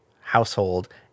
household